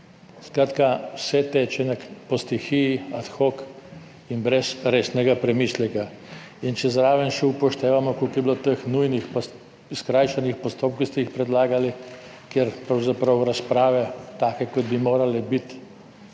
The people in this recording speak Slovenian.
Skratka vse teče po stihiji, ad hoc in brez resnega premisleka. In če zraven še upoštevamo koliko je bilo teh nujnih skrajšanih postopkov, ki ste jih predlagali, kjer pravzaprav razprave, take kot bi morale biti